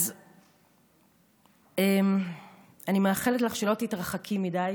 אז אני מאחלת לך שלא תתרחקי מדי.